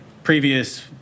Previous